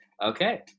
Okay